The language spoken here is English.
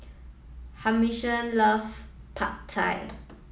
Humphrey love Pad Thai